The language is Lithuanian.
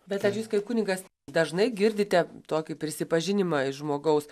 bet ar jūs kaip kunigas dažnai girdite tokį prisipažinimą iš žmogaus